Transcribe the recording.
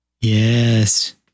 yes